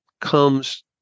comes